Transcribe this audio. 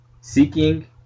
seeking